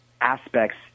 aspects